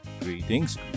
Greetings